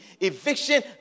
Eviction